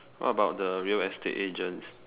what about the real estate agents